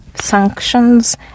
sanctions